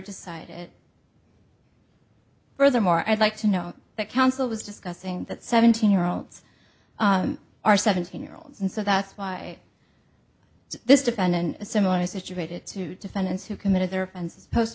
decided furthermore i'd like to know that council was discussing that seventeen year olds are seventeen year olds and so that's why this defendant similarly situated two defendants who committed